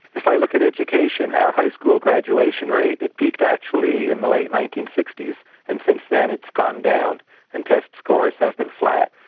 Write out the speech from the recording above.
if i look at education our high school graduation rate, it peaked actually in the late nineteen sixty s and since then it's gone down and test scores have been flat.